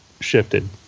shifted